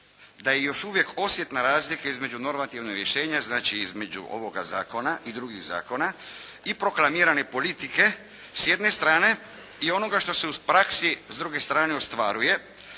da je još uvijek osjetna razlika između normativnih rješenja, znači između ovoga zakona i drugih zakona i proklamirane politike s jedne strane i onoga što se u praksi s druge strane ostvaruje